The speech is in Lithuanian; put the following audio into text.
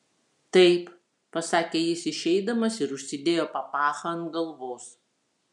taip pasakė jis išeidamas ir užsidėjo papachą ant galvos